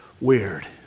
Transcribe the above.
weird